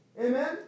Amen